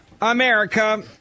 America